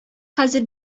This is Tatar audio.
хәзер